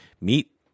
meet